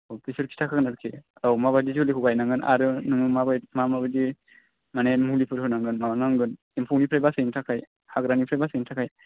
अ बिसोर खिथाखागोन आरोखि औ माबादि जोलैखौ गायनांगोन आरो नोङो मा माबायदि माने मुलिफोर होनांगोन माबानांगोन एम्फौनिफ्राय बासायनो थाखाय हाग्रानिफ्राय बासायनो थाखाय